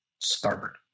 Starboard